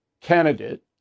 candidate